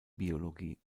biologie